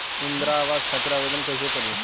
इंद्रा आवास खातिर आवेदन कइसे करि?